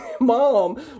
mom